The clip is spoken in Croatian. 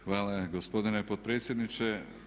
Hvala gospodine potpredsjedniče.